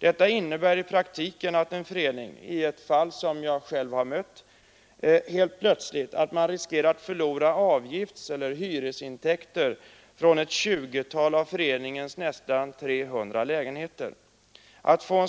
Detta innebär i praktiken att en förening i ett fall, som jag själv har mött, helt plötsligt riskerar att förlora avgiftseller hyresintäkter från ett 20-tal av föreningens nästan 300 lägenheter. Att få